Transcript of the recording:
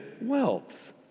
wealth